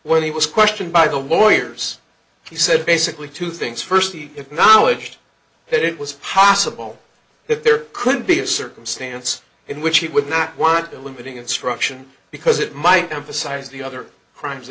when he was questioned by the lawyers he said basically two things first he acknowledged that it was possible that there could be a circumstance in which he would not want the limiting instruction because it might emphasize the other crimes